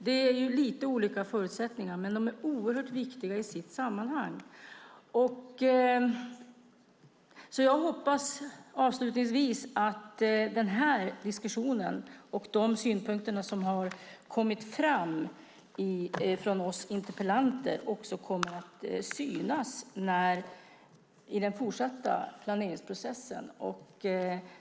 De har lite olika förutsättningar, men de är oerhört viktiga i sitt respektive sammanhang. Jag hoppas, avslutningsvis, att den här diskussionen och de synpunkter som har kommit fram från oss interpellanter också kommer att synas i den fortsatta planeringsprocessen.